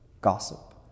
gossip